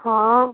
ହଁ